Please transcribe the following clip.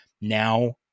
Now